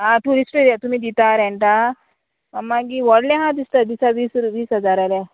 आं ट्युरिस्टूय येता तुमी दिता रँटा मागीर व्हडलें हां दिसता दिसा वीस वीस हजार जाल्यार